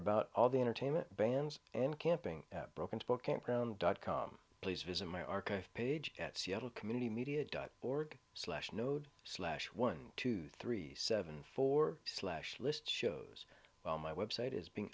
about all the entertainment bans and camping at broken spokane crown dot com please visit my archive page at seattle community media dot org slash node slash one two three seven four slash list shows on my website is being